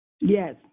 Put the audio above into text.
Yes